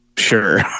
Sure